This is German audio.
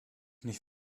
nicht